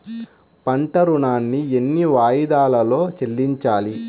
పంట ఋణాన్ని ఎన్ని వాయిదాలలో చెల్లించాలి?